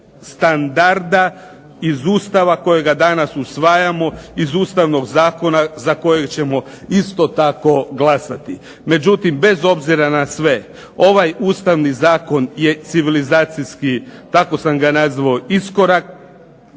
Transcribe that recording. standarda iz Ustava kojega danas usvajamo, iz Ustavnog zakona za kojeg ćemo isto tako glasati. Međutim, bez obzira na sve ovaj Ustavni zakon je civilizacijski tako sam ga nazvao iskorak.